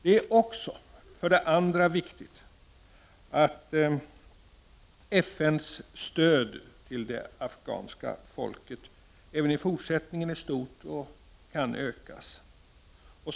Det är för det andra viktigt att FN:s stöd till det afghanska folket även i fortsättningen är stort och kan ökas.